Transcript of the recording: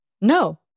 No